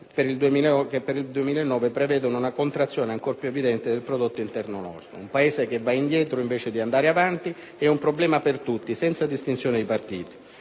che per il 2009 prevedono una contrazione ancora più evidente del prodotto interno lordo. Un Paese che va indietro invece di andare avanti è un problema per tutti, senza distinzioni di partiti.